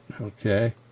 Okay